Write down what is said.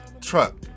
truck